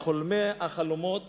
מחולמי החלומות